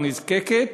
הנזקקת,